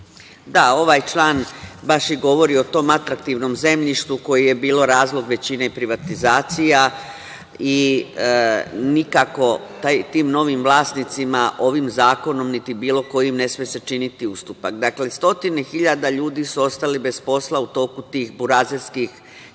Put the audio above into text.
Ovaj član baš i govori o tom atraktivnom zemljištu koje je bilo razlog većine privatizacija i nikako tim novim vlasnicima ovim zakonom niti bilo kojim ne sme se činiti ustupak. Dakle, stotine hiljada ljudi su ostali bez posla u toku tih burazerskih